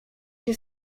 się